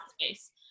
space